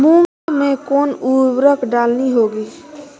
मूंग में कौन उर्वरक डालनी होगी?